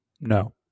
No